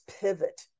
pivot